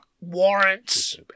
warrants